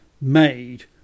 made